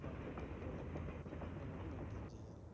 మన బండిలో పెట్రోల్ ఎప్పుడు మినిమం మైంటైన్ చేయాలి